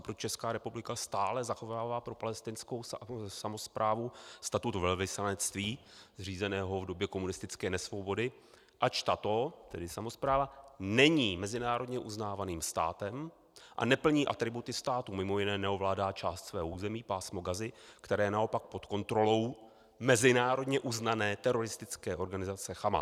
Proč Česká republika stále zachovává pro palestinskou samosprávu statut velvyslanectví zřízeného v době komunistické nesvobody, ač tato, tedy samospráva, není mezinárodně uznávaným státem a neplní atributy státu, mj. neovládá část svého území, pásmo Gazy, které je naopak pod kontrolou mezinárodně uznané teroristické organizace Hamas.